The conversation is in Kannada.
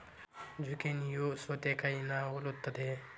ಜುಕೇನಿಯೂ ಸೌತೆಕಾಯಿನಾ ಹೊಲುತ್ತದೆ